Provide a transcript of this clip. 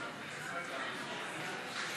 הצעת חוק כביש אגרה (כביש ארצי